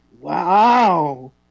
Wow